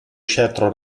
scettro